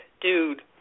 Dude